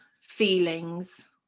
feelings